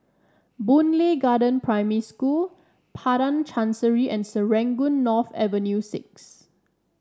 Boon Lay Garden Primary School Padang Chancery and Serangoon North Avenue Six